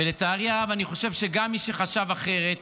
ולצערי הרב, אני חושב שגם מי שחשב אחרת